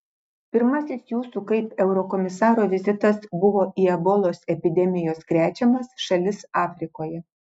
pirmasis jūsų kaip eurokomisaro vizitas buvo į ebolos epidemijos krečiamas šalis afrikoje